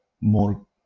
more